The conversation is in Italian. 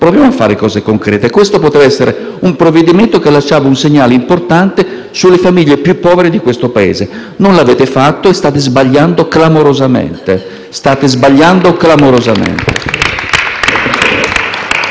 Proviamo a fare cose concrete. Questo poteva essere un provvedimento che lasciava un segnale importante per le famiglie più povere del Paese. Non l'avete fatto e state sbagliando clamorosamente. *(Applausi dal Gruppo